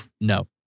no